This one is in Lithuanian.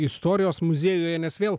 istorijos muziejuje nes vėl